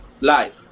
life